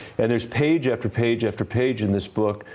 and there's page after page after page in this book.